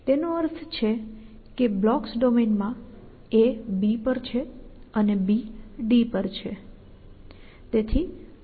તેનો અર્થ છે કે બ્લોક્સ ડોમેન માં A B પર છે અને B D પર છે